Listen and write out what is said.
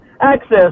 access